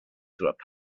through